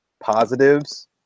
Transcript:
positives